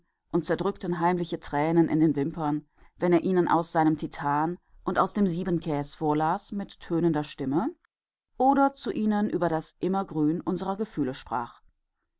und zerdrückten heimliche tränen in den wimpern wenn er ihnen aus seinem titan und aus dem siebenkäs vorlas mit tönender stimme oder zu ihnen über das immergrün unserer gefühle sprach